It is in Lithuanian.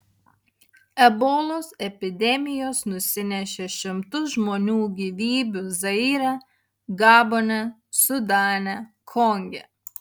ebolos epidemijos nusinešė šimtus žmonių gyvybių zaire gabone sudane konge